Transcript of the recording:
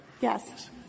Yes